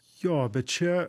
jo bet čia